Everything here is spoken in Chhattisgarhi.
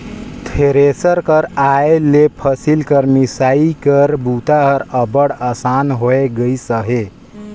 थेरेसर कर आए ले फसिल कर मिसई कर बूता हर अब्बड़ असान होए गइस अहे